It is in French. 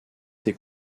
été